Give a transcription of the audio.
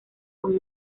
con